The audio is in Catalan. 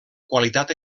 qualitat